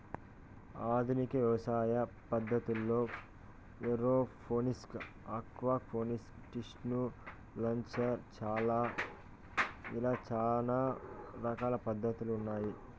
ఆధునిక వ్యవసాయ పద్ధతుల్లో ఏరోఫోనిక్స్, ఆక్వాపోనిక్స్, టిష్యు కల్చర్ ఇలా చానా రకాల పద్ధతులు ఉన్నాయి